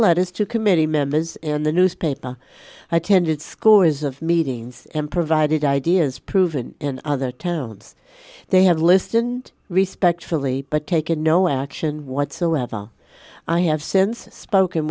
letters to committee members in the newspaper attended scores of meetings and provided ideas proven in other towns they have listened respectfully but taken no action whatsoever i have since spoken